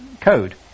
Code